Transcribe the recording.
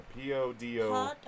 P-O-D-O